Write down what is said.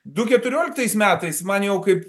du keturioliktais metais man jau kaip